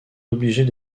obligés